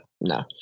no